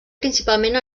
principalment